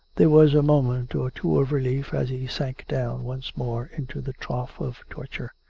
there was a moment or two of relief as he sank down once more into the trough of torture.